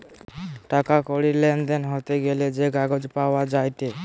টাকা কড়ির লেনদেন হতে গ্যালে যে কাগজ পাওয়া যায়েটে